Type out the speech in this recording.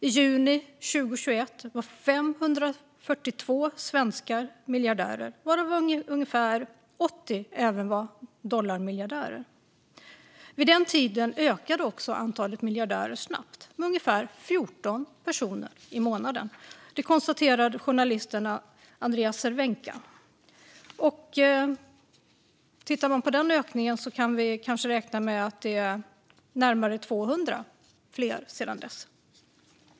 I juni 2021 var 542 svenskar miljardärer, varav ungefär 80 även var dollarmiljardärer. Vid den tiden ökade också antalet miljardärer snabbt, med ungefär 14 personer i månaden. Det konstaterade journalisten Andreas Cervenka. Tittar man på den ökningen kan vi kanske räkna med att det är närmare 200 fler sedan dess.